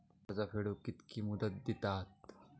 कर्ज फेडूक कित्की मुदत दितात?